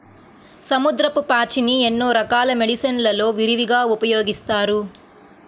సముద్రపు పాచిని ఎన్నో రకాల మెడిసిన్ లలో విరివిగా ఉపయోగిస్తారు